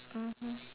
mmhmm